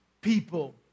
people